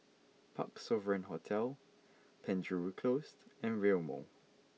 Parc Sovereign Hotel Penjuru Closed and Rail Mall